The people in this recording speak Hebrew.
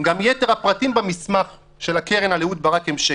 גם יתר הפרטים במסמך של הקרן על אהוד ברק הם שקר.